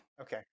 Okay